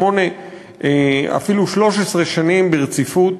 שמונה ואפילו 13 שנים ברציפות.